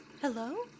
Hello